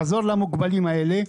לעזור למוגבלים האלה,